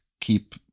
keep